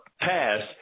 pass